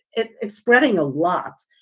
it is spreading a lot.